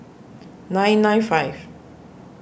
nine nine five